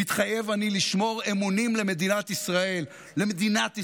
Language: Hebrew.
"מתחייב אני לשמור אמונים למדינת ישראל" למדינת ישראל,